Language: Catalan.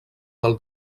del